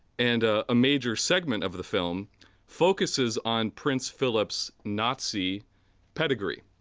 and a major segment of the film focusses on prince philip's nazi pedigree,